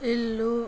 ఇల్లు